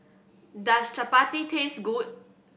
does chappati taste good